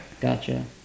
Gotcha